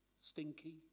stinky